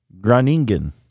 Groningen